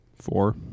Four